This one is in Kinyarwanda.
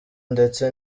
ndetse